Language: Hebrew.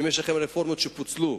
רפורמות שפוצלו,